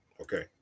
okay